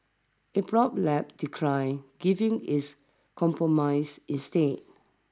Apron Lab declined giving is compromise instead